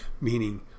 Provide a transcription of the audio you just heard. meaning